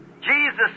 Jesus